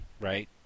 right